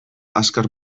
azkar